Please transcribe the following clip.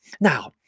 Now